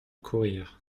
courir